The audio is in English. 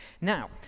Now